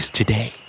today